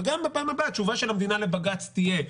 ובפעם הבאה התשובה של המדינה לבג"ץ תהיה: